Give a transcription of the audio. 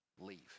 leave